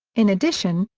in addition,